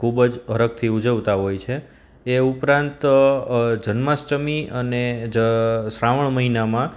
ખૂબ જ હરખથી ઉજવતાં હોય છે એ ઉપરાંત જન્માષ્ટમી અને જ શ્રાવણ મહિનામાં